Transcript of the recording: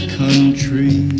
country